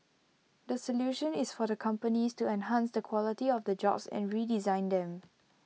the solution is for the companies to enhance the quality of the jobs and redesign them